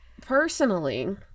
personally